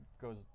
goes